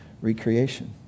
recreation